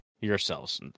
Yourselves